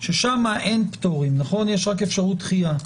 ששם אין פטורים, יש רק אפשרות דחייה.